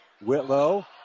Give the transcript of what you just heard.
Whitlow